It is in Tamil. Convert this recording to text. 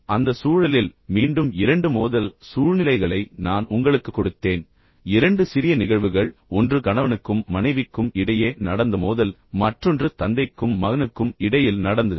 அந்த சூழலில் மீண்டும் இரண்டு மோதல் சூழ்நிலைகளை நான் உங்களுக்குக் கொடுத்தேன் இரண்டு சிறிய நிகழ்வுகள் ஒன்று கணவனுக்கும் மனைவிக்கும் இடையே நடந்த மோதல் மற்றொன்று தந்தைக்கும் மகனுக்கும் இடையில் நடந்தது